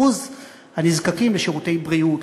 אחוז הנזקקים לשירותי בריאות,